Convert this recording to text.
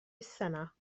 السنة